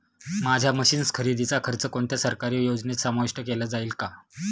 माझ्या मशीन्स खरेदीचा खर्च कोणत्या सरकारी योजनेत समाविष्ट केला जाईल का?